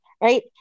Right